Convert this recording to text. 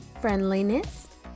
friendliness